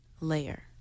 layer